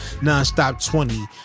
Nonstop20